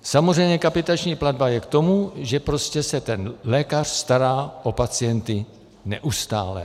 Samozřejmě kapitační platba je k tomu, že prostě se ten lékař stará o pacienty neustále.